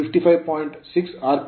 6 rpm R PM